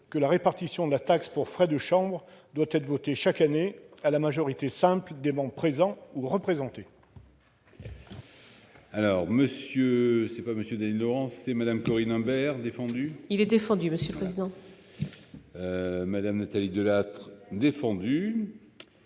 la répartition de la taxe pour frais de chambres doit être votée chaque année à la majorité simple des membres présents ou représentés